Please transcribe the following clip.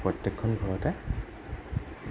প্ৰত্যেকখন ঘৰতে